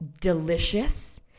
delicious